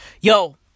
yo